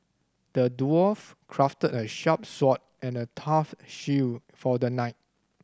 the dwarf crafted a sharp sword and a tough shield for the knight